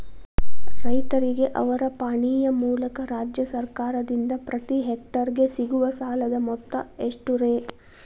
ರೈತರಿಗೆ ಅವರ ಪಾಣಿಯ ಮೂಲಕ ರಾಜ್ಯ ಸರ್ಕಾರದಿಂದ ಪ್ರತಿ ಹೆಕ್ಟರ್ ಗೆ ಸಿಗುವ ಸಾಲದ ಮೊತ್ತ ಎಷ್ಟು ರೇ?